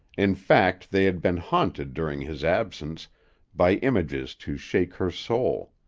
in fact they had been haunted during his absence by images to shake her soul.